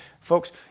folks